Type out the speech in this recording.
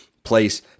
place